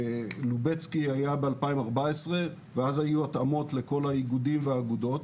לובצקי היה ב-2014 ואז היו התאמות לכל האיגודים והאגודות,